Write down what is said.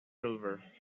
silver